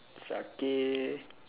syakir